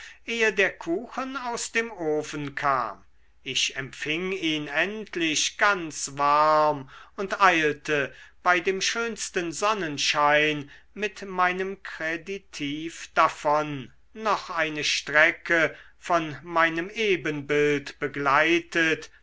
ehe der kuchen aus dem ofen kam ich empfing ihn endlich ganz warm und eilte bei dem schönsten sonnenschein mit meinem kreditiv davon noch eine strecke von meinem ebenbild begleitet